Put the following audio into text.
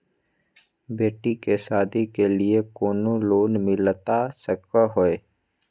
बेटी के सादी के लिए कोनो लोन मिलता सको है?